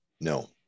No